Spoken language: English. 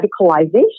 radicalization